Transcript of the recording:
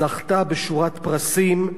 זכתה בשורת פרסים,